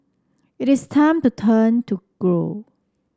it is time to turn to grow